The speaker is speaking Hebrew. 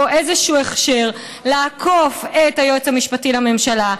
איזשהו הכשר לעקוף את היועץ המשפטי לממשלה,